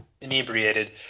inebriated